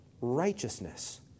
righteousness